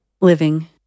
Living